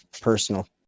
personal